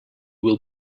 will